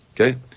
Okay